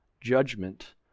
judgment